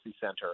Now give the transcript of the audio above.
Center